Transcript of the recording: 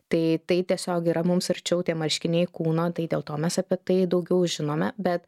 tai tai tiesiog yra mums arčiau tie marškiniai kūno tai dėl to mes apie tai daugiau žinome bet